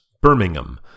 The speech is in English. Birmingham